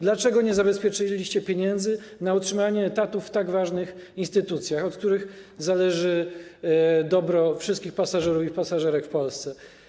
Dlaczego nie zabezpieczyliście pieniędzy na utrzymanie etatów w tak ważnych instytucjach, od których zależy dobro wszystkich pasażerów i pasażerek w Polsce?